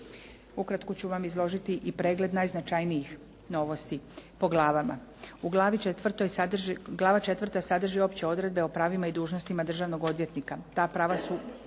Ukratko ću vam izložiti i pregled najznačajnijih novosti po glavama. Glava IV. sadrži opće odredbe o pravima i dužnostima državnog odvjetnika. Ta prava su